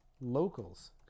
locals